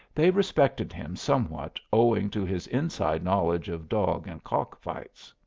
they respected him somewhat owing to his inside knowledge of dog and cock-fights.